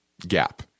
gap